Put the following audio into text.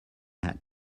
had